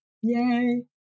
Yay